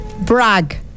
Brag